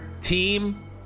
team